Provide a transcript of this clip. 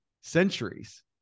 centuries